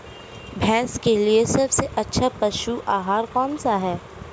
भैंस के लिए सबसे अच्छा पशु आहार कौनसा है?